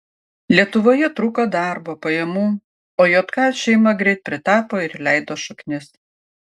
lietuvoje trūko darbo pajamų o jk šeima greit pritapo ir įleido šaknis